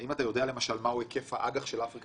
האם אתה יודע מהו היקף האג"ח של "אפריקה